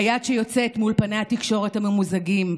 היד שיוצאת מאולפני התקשורת הממוזגים,